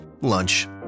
lunch